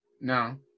No